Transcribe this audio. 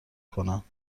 کنم